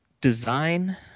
design